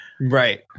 right